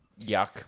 yuck